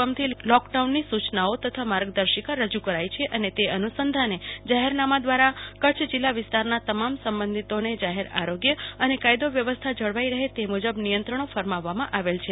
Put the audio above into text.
ગૃફ મંત્રાલયના ફકમથી લોકડાઉનની સુચનાઓ તથા માર્ગદર્શિકા રજુ કરાઇ છે અને તે અનુસંધાને જાહેરનામા દ્વારા કચ્છ જિલ્લા વિસ્તારના તમામ સબંધિતોને જાહેર આરોગ્ય અને કાયદો વ્યવસ્થા જળવાઇ રફે તે મુજબ નિયંત્રણો ફરમાવવામાં આવેલ છે